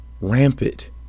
Rampant